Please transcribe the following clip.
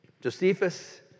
Josephus